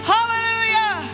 Hallelujah